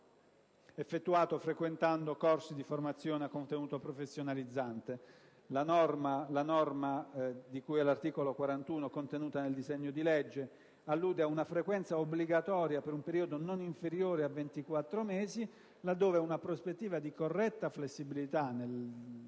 effettuato frequentando corsi di formazione a contenuto professionalizzante. La norma di cui all'articolo 41 contenuta nel disegno di legge allude a una frequenza obbligatoria per un periodo non inferiore a 24 mesi, laddove una prospettiva di corretta flessibilità,